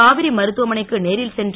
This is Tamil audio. காவிரி மருத்துவமனைக்கு நேரில் சென்று